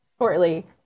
shortly